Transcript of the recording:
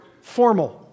formal